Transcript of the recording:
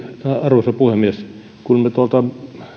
arvoisa puhemies kun me tuolta